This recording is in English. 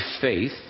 faith